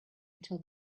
until